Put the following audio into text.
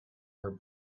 her